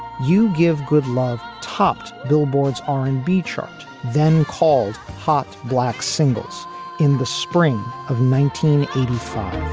you give good love topped billboard's r and b chart, then called hot black singles in the spring of nineteen eighty five